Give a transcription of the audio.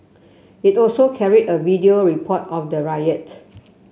it also carry a video report of the riot